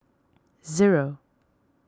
zero